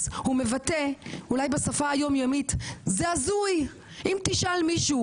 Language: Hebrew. הוא מבטא אולי בשפה היום יומית את המשפט זה הזוי אם תשאל מישהו,